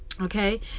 okay